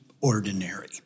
ordinary